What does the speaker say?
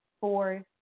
four